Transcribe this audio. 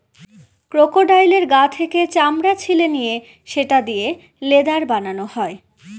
ক্রোকোডাইলের গা থেকে চামড়া ছিলে নিয়ে সেটা দিয়ে লেদার বানানো হয়